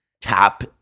Tap